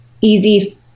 easy